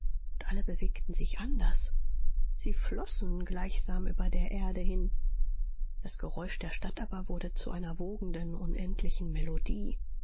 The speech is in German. und alle bewegten sich anders sie flossen gleichsam über der erde hin das geräusch der stadt aber wurde zu einer wogenden unendlichen melodie